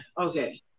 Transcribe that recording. okay